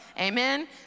amen